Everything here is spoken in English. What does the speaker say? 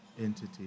entity